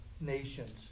nations